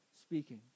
speaking